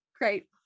great